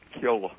kill